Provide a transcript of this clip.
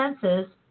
senses